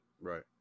Right